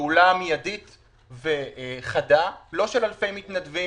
פעולה מיידית וחדה, לא של אלפי מתנדבים.